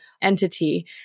entity